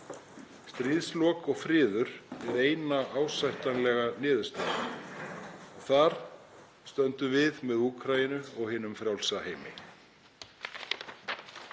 Stríðslok og friður er eina ásættanlega niðurstöðu. Þar stöndum við með Úkraínu og hinum frjálsa heimi.